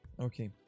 okay